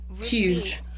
huge